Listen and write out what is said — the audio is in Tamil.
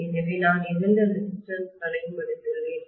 எனவே நான் இரண்டு ரெசிஸ்டன்ஸ் களையும் எடுத்துள்ளேன்